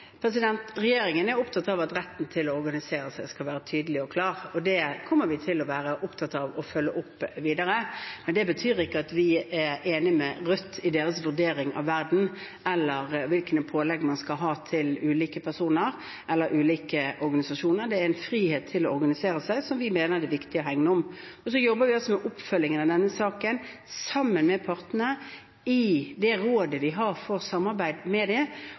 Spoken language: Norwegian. Regjeringen er opptatt av at retten til å organisere seg skal være tydelig og klar. Det kommer vi til å være opptatt av å følge opp videre. Men det betyr ikke at vi er enige med Rødt i deres vurdering av verden og hvilke pålegg man skal ha for ulike personer eller ulike organisasjoner. Man er fri til å organisere seg, og det mener vi det er viktig å hegne om. Vi jobber med oppfølgingen av denne saken sammen med partene i det rådet vi har for samarbeid med dem. Da synes vi det